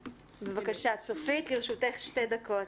בבקשה, צופית, לרשותך שתי דקות.